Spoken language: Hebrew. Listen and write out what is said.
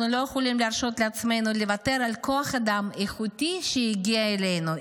אנחנו לא יכולים להרשות לעצמנו לוותר על כוח אדם איכותי שהגיע אלינו,